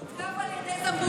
הותקף על ידי זמבורה.